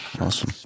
Awesome